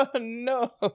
No